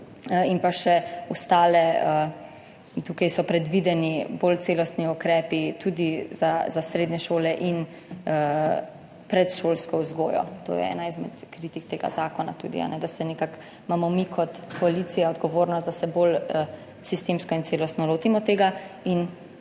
in pa še ostalo, tukaj so predvideni bolj celostni ukrepi tudi za srednje šole in predšolsko vzgojo. To je tudi ena izmed kritik tega zakona, da imamo mi kot koalicija odgovornost, da se bolj sistemsko in celostno lotimo tega, in